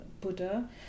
Buddha